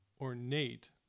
ornate